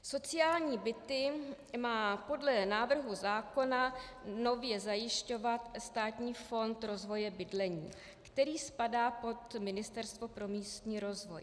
Sociální byty má podle návrhu zákona nově zajišťovat Státní fond rozvoje bydlení, který spadá pod Ministerstvo pro místní rozvoj.